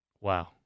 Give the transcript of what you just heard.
Wow